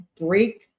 break